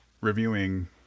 reviewing